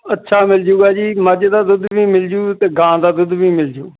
ਅੱਛਾ ਮਿਲ ਜੂਗਾ ਜੀ ਮੱਝ ਦਾ ਦੁੱਧ ਵੀ ਮਿਲਜੂ ਅਤੇ ਗਾਂ ਦਾ ਦੁੱਧ ਵੀ ਮਿਲਜੂ